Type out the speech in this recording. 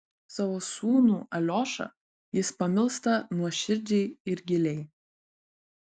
savo sūnų aliošą jis pamilsta nuoširdžiai ir giliai